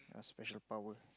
a special power